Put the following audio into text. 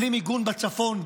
בלי מיגון בצפון,